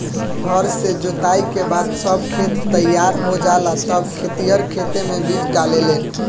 हर से जोताई के बाद जब खेत तईयार हो जाला तब खेतिहर खेते मे बीज डाले लेन